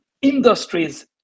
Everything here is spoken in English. industries